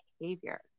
behavior